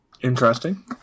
Interesting